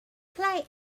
play